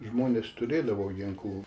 žmonės turėdavo ginklų